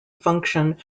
function